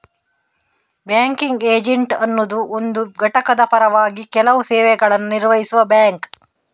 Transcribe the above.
banking agent ಅನ್ನುದು ಒಂದು ಘಟಕದ ಪರವಾಗಿ ಕೆಲವು ಸೇವೆಗಳನ್ನ ನಿರ್ವಹಿಸುವ ಬ್ಯಾಂಕ್